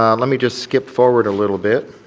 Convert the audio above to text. ah let me just skip forward a little bit.